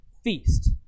Feast